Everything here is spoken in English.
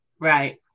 Right